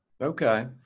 Okay